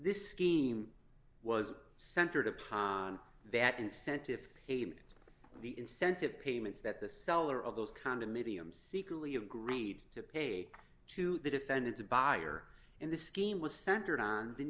this scheme was centered upon that incentive payments the incentive payments that the seller of those condominium secretly agreed to pay to the defendants a buyer in the scheme was centered on the